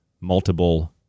multiple